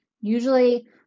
Usually